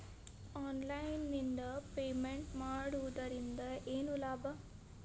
Online ನಿಂದ payment ಮಾಡುವುದರಿಂದ ಏನು ಲಾಭ?